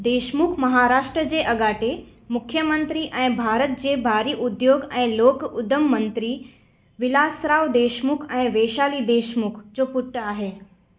देशमुख महाराष्ट्र जे अॻाटे मुख्यमंत्री ऐं भारत जे भारी उद्योगु ऐं लोक उद्यम मंत्री विलासराव देशमुख ऐं वेशाली देशमुख जो पुटु आहे